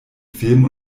film